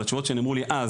אבל התשובות שניתנו לי אז,